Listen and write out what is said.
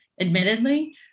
admittedly